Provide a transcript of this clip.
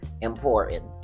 important